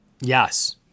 Yes